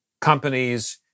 companies